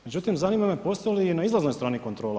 Međutim, zanima me postoji li i na izlaznoj strani kontrola?